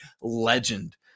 legend